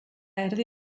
erdi